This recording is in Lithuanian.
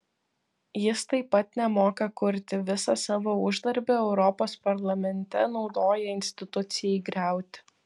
jis taip pat nemoka kurti visą savo uždarbį europos parlamente naudoja institucijai griauti